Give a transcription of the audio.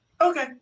Okay